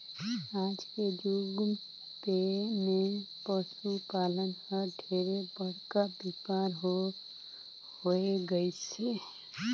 आज के जुग मे पसु पालन हर ढेरे बड़का बेपार हो होय गईस हे